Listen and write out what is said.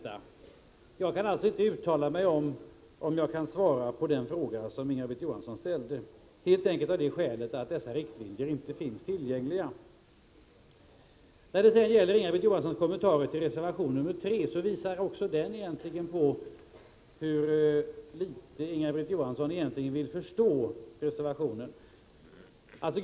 Jag kan alltså inte svara på den fråga som Inga-Britt Johansson ställde, helt enkelt av det skälet att dessa riktlinjer inte finns tillgängliga. Inga-Britt Johanssons kommentar till reservation nr 3 visar hur litet Inga-Britt Johansson vill förstå reservationen.